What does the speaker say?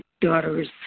daughters